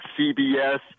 CBS